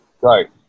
Right